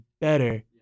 better